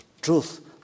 truth